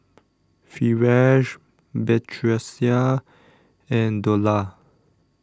Firash Batrisya and Dollah